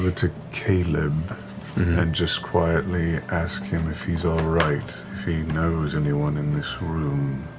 to caleb and just quietly ask him if he's all right, if he knows anyone in this room.